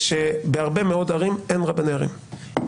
שבהרבה מאוד ערים אין רבני ערים,